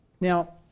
Now